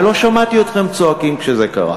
ולא שמעתי אתכם צועקים כשזה קרה.